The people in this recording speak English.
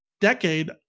decade